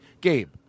Gabe